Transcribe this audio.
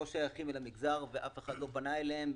שייכים למגזר ואף אחד לא פנה אליהם,